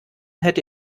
hätte